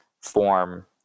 form